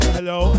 Hello